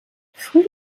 früh